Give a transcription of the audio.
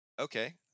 Okay